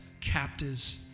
captives